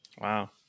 Wow